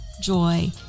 joy